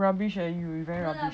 rubbish eh you you very rubbish